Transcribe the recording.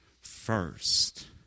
first